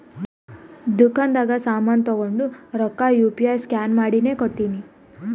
ದುಕಾಂದಾಗ್ ಸಾಮಾನ್ ತೊಂಡು ರೊಕ್ಕಾ ಯು ಪಿ ಐ ಸ್ಕ್ಯಾನ್ ಮಾಡಿನೇ ಕೊಟ್ಟಿನಿ